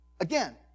Again